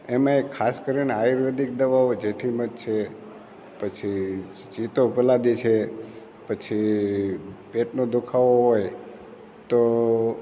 એમાંય ખાસ કરીને આયુર્વેદિક દવાઓ જેઠીમધ છે પછી જીતોપલાદી છે પછી પેટનો દુખાવો હોય તો